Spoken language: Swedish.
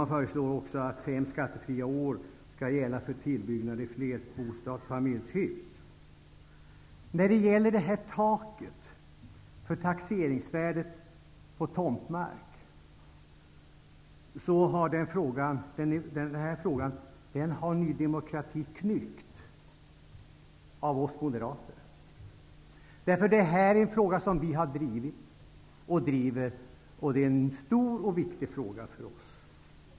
Man föreslår också att fem skattefria år skall gälla för tillbyggnad i flerfamiljsbostadshus. Frågan om ett tak för taxeringsvärdet på tomtmark har Ny demokrati knyckt av oss moderater. Det här är en fråga som vi har drivit och driver. Det är en stor och viktig fråga för oss.